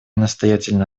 настоятельно